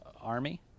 Army